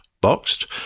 boxed